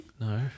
No